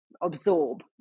absorb